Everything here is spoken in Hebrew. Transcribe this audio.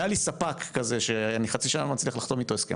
אם היה לי ספק כזה שאני חצי שנה לא מצליח לחתום אתו הסכם,